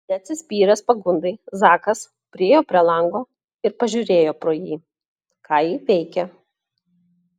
neatsispyręs pagundai zakas priėjo prie lango ir pažiūrėjo pro jį ką ji veikia